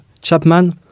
Chapman